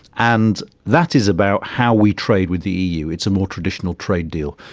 and that is about how we trade with the eu, it's a more traditional trade deal.